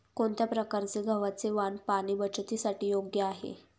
कोणत्या प्रकारचे गव्हाचे वाण पाणी बचतीसाठी योग्य आहे?